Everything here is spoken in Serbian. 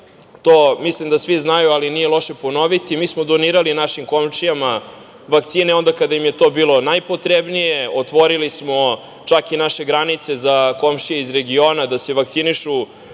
to mislim da svi znaju ali nije loše ponoviti, našim komšijama vakcine onda kada im je to bilo najpotrebnije, otvorili smo čak i naše granice za komšije iz regiona da se vakcinišu